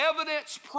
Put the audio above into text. evidence